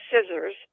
scissors